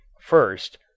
first